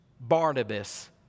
Barnabas